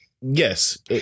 yes